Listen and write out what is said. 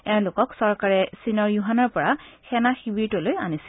এওঁলোকক চৰকাৰে চীনৰ য়ুহানৰ পৰা সেনা শিবিৰটোলৈ আনিছিল